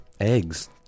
Eggs